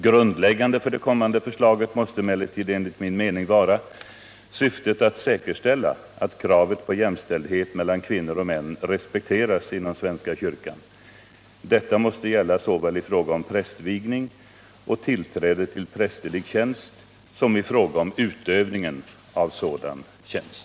Grundläggande för det kommande förslaget måste emellertid enligt min mening vara syftet att säkerställa att kravet på jämställdhet mellan kvinnor och män respekteras inom svenska kyrkan. Detta måste gälla såväl i fråga om prästvigning och tillträde till prästerlig tjänst som i fråga om utövningen av sådan tjänst.